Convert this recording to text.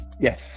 yes